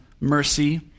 mercy